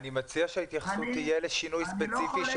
אני מציע שההתייחסות תהיה לשינוי ספציפי.